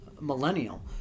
millennial